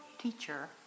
Teacher